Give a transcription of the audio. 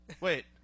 Wait